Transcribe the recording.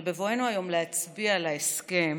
אבל בבואנו היום להצביע על ההסכם